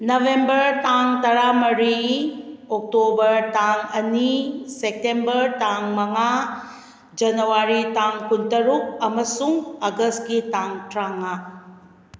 November ꯇꯥꯡ ꯇꯔꯥꯃꯔꯤ October ꯇꯥꯡ ꯑꯅꯤ ꯁꯦꯛꯇꯦꯝꯕꯔ ꯇꯥꯡ ꯃꯉꯥ ꯖꯅꯥꯋꯥꯔꯤ ꯇꯥꯡ ꯀꯨꯟꯇꯔꯨꯛ ꯑꯃꯁꯨꯡ ꯑꯥꯒꯁꯀꯤ ꯇꯥꯡ ꯇꯔꯥꯃꯉꯥ